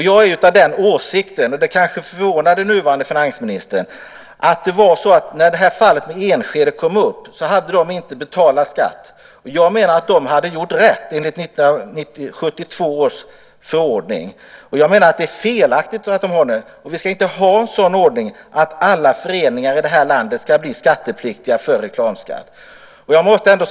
Jag är av den åsikten, vilket kanske förvånar den nuvarande finansministern, att i fallet med föreningen i Enskede som inte hade betalat skatt menar jag att den hade gjort rätt enligt 1972 års förordning. Jag anser att det är felaktigt att föreningen ska betala skatt. Vi ska inte ha en sådan ordning att alla föreningar i det här landet ska bli skattepliktiga i fråga om reklamskatt.